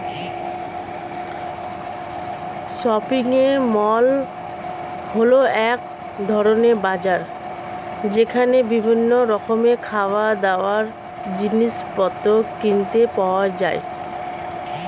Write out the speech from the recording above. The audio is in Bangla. শপিং মল হল এক ধরণের বাজার যেখানে বিভিন্ন রকমের খাবারদাবার, জিনিসপত্র কিনতে পাওয়া যায়